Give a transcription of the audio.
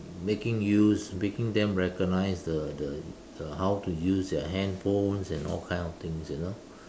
making use making them recognise the the the how to use their handphones and all kind of things you know